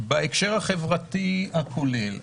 בהקשר החברתי הכולל.